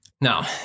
Now